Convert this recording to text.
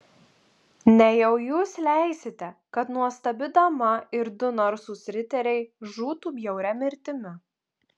nejau jūs leisite kad nuostabi dama ir du narsūs riteriai žūtų bjauria mirtimi